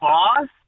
Boss